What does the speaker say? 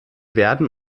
werden